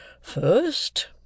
First